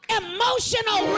emotional